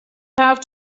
have